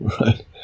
right